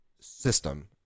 system